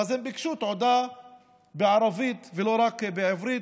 ואז הם ביקשו תעודה בערבית ולא רק בעברית,